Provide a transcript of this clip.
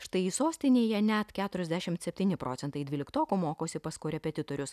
štai sostinėje net keturiasdešimt septyni procentai dvyliktokų mokosi pas korepetitorius